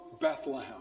Bethlehem